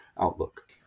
outlook